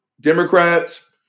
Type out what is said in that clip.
Democrats